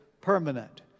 permanent